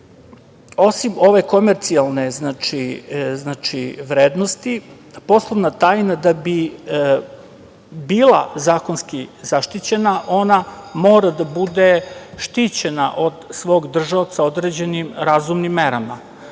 itd. Osim ove komercijalne vrednosti, poslovna tajna da bi bila zakonski zaštićena, ona mora da bude štićena od svog držaoca razumnim merama.